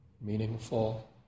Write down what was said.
meaningful